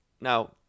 Now